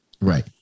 Right